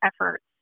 efforts